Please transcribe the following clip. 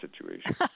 situation